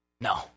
No